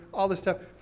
all this stuff,